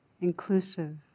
inclusive